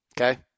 Okay